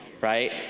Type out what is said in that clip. right